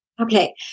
Okay